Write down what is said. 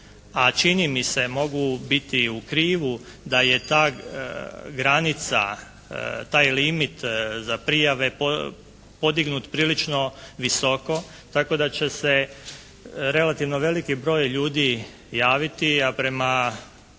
a čini mi se mogu biti u krivu da je ta granica, taj limit za prijave podignut prilično visoko tako da će se relativno veliki broj ljudi javiti, a prema